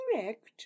correct